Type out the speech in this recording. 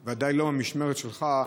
שמישהו חושד, ודאי לא במשמרת שלך,